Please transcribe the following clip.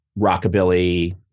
rockabilly